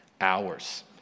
hours